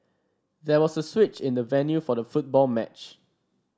there was a switch in the venue for the football match